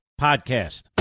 Podcast